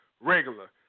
regular